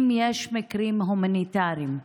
אם יש מקרים הומניטריים,